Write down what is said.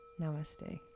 namaste